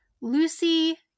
Lucy